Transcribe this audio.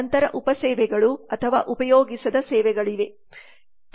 ನಂತರ ಉಪಸೇವೆಗಳು ಅಥವಾ ಉಪಯೋಗಿಸದ ಸೇವೆಗಳಿವೆ